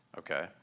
okay